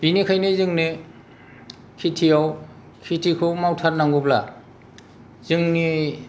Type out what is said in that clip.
बेनिखायनो जोङो खेथिआव खेथिखौ मावथारनांगौब्ला जोंनि